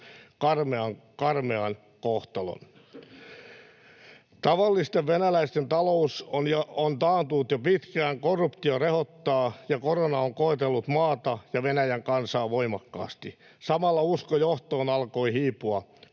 karmean kohtalon. Tavallisten venäläisten talous on taantunut jo pitkään, korruptio rehottaa ja korona on koetellut maata ja Venäjän kansaa voimakkaasti. Samalla usko johtoon alkoi hiipua.